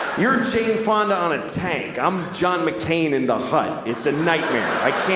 you're jane fonda on a tank i'm john mccain in the hut. it's a nightmare. i